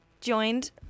joined